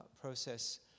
process